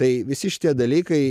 tai visi šitie dalykai